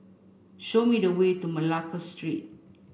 show me the way to Malacca Street